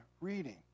reading